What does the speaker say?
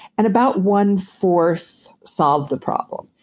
and about one fourth solved the problem.